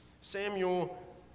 Samuel